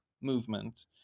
movement